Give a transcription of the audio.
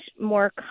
more